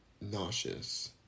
nauseous